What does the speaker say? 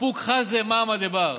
"פוק חזי מאי עמא דבר".